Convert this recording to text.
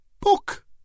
book